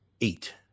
eight